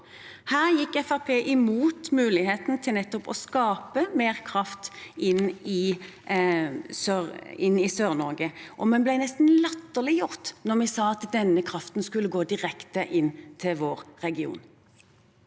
imot muligheten til nettopp å skape mer kraft til Sør-Norge, og vi ble nesten latterliggjort da vi sa at denne kraften skulle gå direkte til vår region.